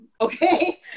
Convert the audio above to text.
okay